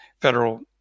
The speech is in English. Federal